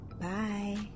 Bye